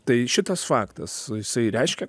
tai šitas faktas jisai reiškia